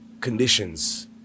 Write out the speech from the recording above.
conditions